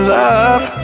love